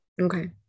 okay